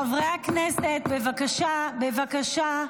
חברי הכנסת, בבקשה.